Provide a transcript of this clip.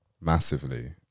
Massively